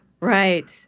Right